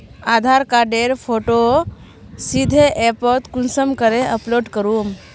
आधार कार्डेर फोटो सीधे ऐपोत कुंसम करे अपलोड करूम?